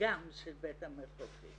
גם של בית המחוקקים.